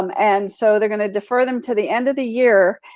um and so they're gonna defer them to the end of the year.